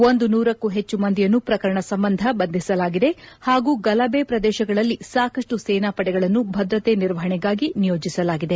ಒಂದು ನೂರಕ್ಕೂ ಹೆಚ್ಚು ಮಂದಿಯನ್ನು ಪ್ರಕರಣ ಸಂಬಂಧ ಬಂಧಿಸಲಾಗಿದೆ ಹಾಗೂ ಗಲಭೆ ಪ್ರದೇಶಗಳಲ್ಲಿ ಸಾಕಷ್ಟು ಸೇನಾ ಪಡೆಗಳನ್ನು ಭದ್ರತೆ ನಿರ್ವಹಣೆಗಾಗಿ ನಿಯೋಜಿಸಲಾಗಿದೆ